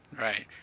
right